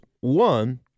One